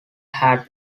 had